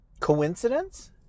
Coincidence